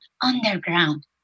underground